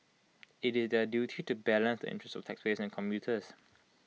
IT is their duty to balance the interests of taxpayers and commuters